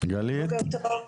גלית שאו.